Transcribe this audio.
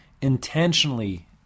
intentionally